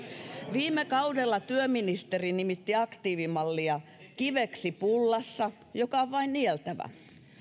viime kaudella työministeri nimitti aktiivimallia kiveksi pullassa joka oli vain nieltävä